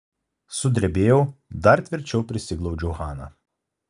sudrebėjau dar tvirčiau prisiglaudžiau haną